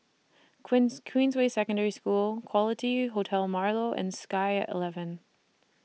Queens Queensway Secondary School Quality Hotel Marlow and Sky eleven